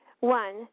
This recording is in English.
one